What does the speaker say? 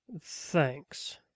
Thanks